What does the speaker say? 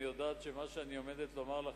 אני יודעת שמה שאני עומדת לומר לכם,